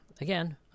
again